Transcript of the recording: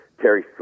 Terry